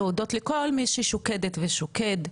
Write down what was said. להודות לכל מי ששוקדת ושוקד,